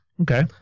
Okay